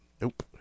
Nope